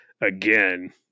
again